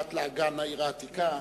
שנוגעת לאגן העיר העתיקה,